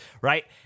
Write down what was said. right